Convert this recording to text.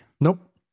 Nope